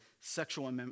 sexual